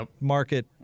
market